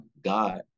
God